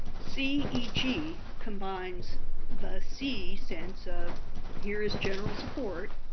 see e g. combines the see sense of here is general support,